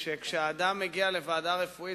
שכשאדם מגיע לוועדה רפואית,